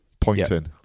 pointing